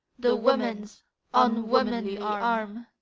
the woman's unwomanly arm.